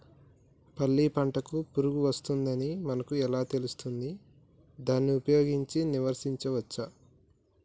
పల్లి పంటకు పురుగు వచ్చిందని మనకు ఎలా తెలుస్తది దాన్ని ఉపయోగించి నివారించవచ్చా?